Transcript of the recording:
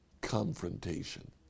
confrontation